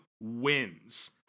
wins